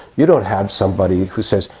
you don't have somebody who says,